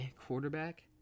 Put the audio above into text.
quarterback